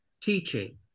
teaching